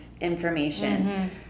information